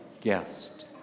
guest